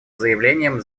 заявлением